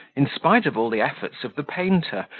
in spite of all the efforts of the painter,